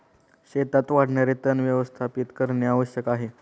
शेतात वाढणारे तण व्यवस्थापित करणे आवश्यक आहे